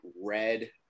red